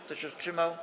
Kto się wstrzymał?